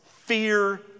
Fear